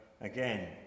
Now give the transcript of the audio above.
again